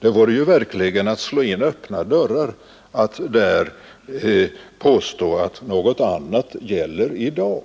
Det vore verkligen att slå in öppna dörrar att påstå att något annat gäller i dag.